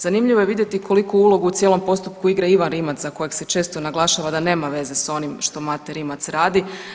Zanimljivo je vidjeti koliku ulogu u cijelom postupku igra Ivan Rimac, za kojeg se često naglašava da nema veze s onim što Mate Rimac radi.